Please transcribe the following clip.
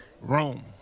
Rome